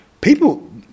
people